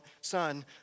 Son